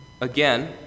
again